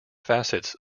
facets